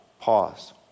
pause